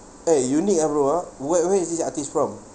eh unique ah bro ah where where is this artist from